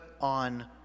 on